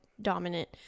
dominant